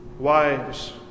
Wives